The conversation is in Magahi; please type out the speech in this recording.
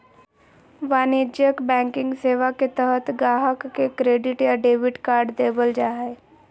वाणिज्यिक बैंकिंग सेवा के तहत गाहक़ के क्रेडिट या डेबिट कार्ड देबल जा हय